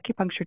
acupuncture